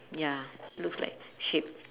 ya looks like sheep